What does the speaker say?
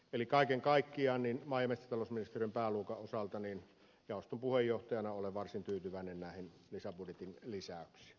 eli kaiken kaikkiaan maa ja metsätalousministeriön pääluokan osalta jaoston puheenjohtajana olen varsin tyytyväinen näihin lisäbudjetin lisäyksiin